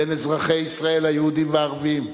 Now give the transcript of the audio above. בין אזרחי ישראל היהודים והערבים.